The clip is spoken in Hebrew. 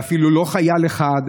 ואפילו לא חייל אחד,